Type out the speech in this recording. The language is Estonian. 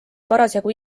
parasjagu